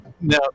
now